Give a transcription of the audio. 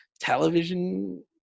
television